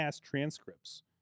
transcripts